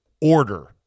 order